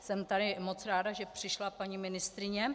Jsem moc ráda, že přišla paní ministryně.